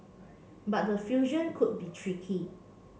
but the fusion could be tricky